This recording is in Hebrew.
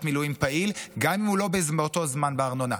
מילואים פעיל גם אם הוא לא באותו זמן במילואים.